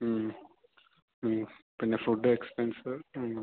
പിന്നെ food expense ഒന്ന്